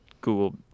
Google